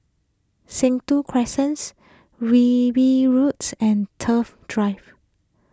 Sentul Crescents Wilby Roads and Thrift Drive